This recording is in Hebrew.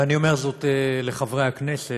ואני אומר זאת לחברי הכנסת,